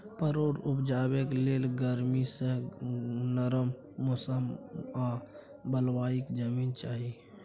परोर उपजेबाक लेल गरमी सँ नरम मौसम आ बलुआही जमीन चाही